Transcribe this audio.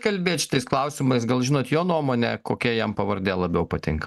kalbėt šitais klausimais gal žinot jo nuomonę kokia jam pavardė labiau patinka